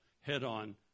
head-on